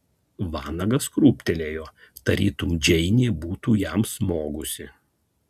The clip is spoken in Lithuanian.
vanagas krūptelėjo tarytum džeinė būtų jam smogusi